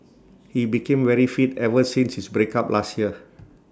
he became very fit ever since his breakup last year